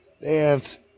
dance